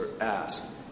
asked